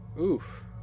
Oof